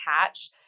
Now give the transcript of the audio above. hatch